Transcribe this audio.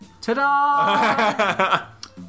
Ta-da